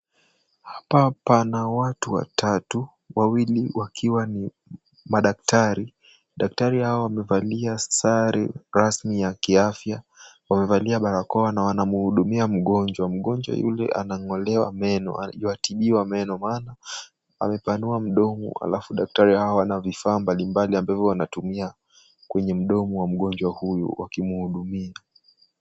Hapa pana watu watatu, wawili wakiwa ni madaktari. Daktari hawa wamevalia sare rasmi za kiafya, wamevalia barakoa na wanamhudumia mgonjwa. Mgonjwa yule anangolewa meno, yuatibiwa meno maana amepanua mdomo alafu daktari hawa wanavifaa mbali mbali ambavyo wanatumia kwenye mdomo wa mgonjwa huyo wakimhudumia.